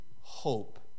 hope